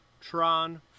Tron